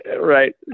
Right